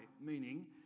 meaning